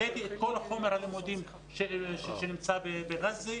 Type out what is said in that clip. הבאתי את כל חומר הלימודים שנמצא בעזה,